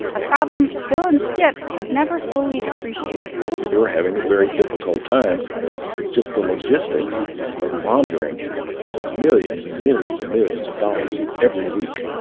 a problem bill and skip had never fully appreciated they were having a very difficult time with just the logistics of laundering millions and millions and millions of dollars every week